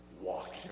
Walk